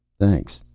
thanks.